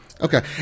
Okay